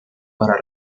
para